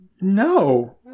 no